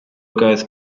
goes